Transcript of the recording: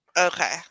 okay